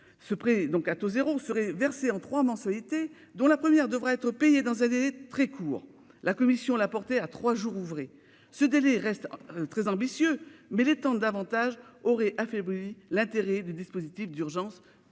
Ce prêt à taux zéro serait versé en trois mensualités, dont la première devra être payée dans un délai très court- la commission l'a porté à trois jours ouvrés. Ce délai reste très ambitieux, mais l'étendre davantage aurait affaibli l'intérêt du dispositif d'urgence.